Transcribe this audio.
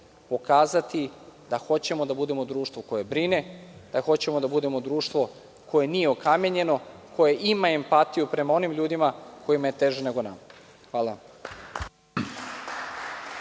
pokazati da hoćemo da budemo društvo koje brine, da hoćemo da budemo društvo koje nije okamenjeno, koje ima empatiju prema onim ljudima kojima je teže nego nama.